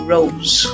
Rose